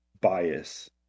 bias